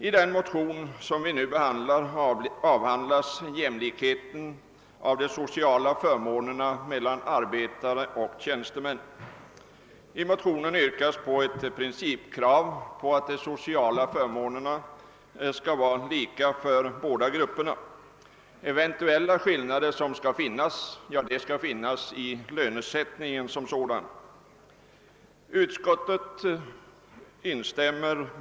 I den motion vi nu behandlar upptas frågan om jämlikhet vad gäller sociala förmåner för arbetare och tjäns temän. I motionen framlägges ett principkrav på att de sociala förmånerna skall vara lika för båda grupperna. Eventuella skillnader skall ligga i lönesättningen som sådan.